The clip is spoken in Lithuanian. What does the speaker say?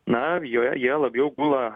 na jie labiau gula